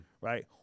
right